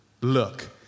Look